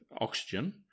oxygen